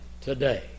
today